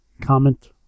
comment